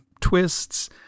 twists